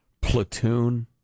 Platoon